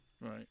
Right